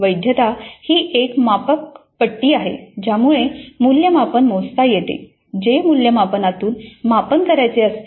वैधता ही एक मापक पट्टी आहे ज्यामुळे मुल्यमापन मोजता येते जे मूल्यमापनातून मापन करायचे असते